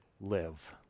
live